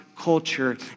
culture